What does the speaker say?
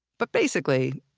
but basically,